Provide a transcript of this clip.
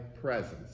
presence